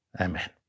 Amen